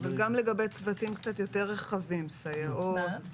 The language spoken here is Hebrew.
וגם צוותים יותר רחבים סייעות.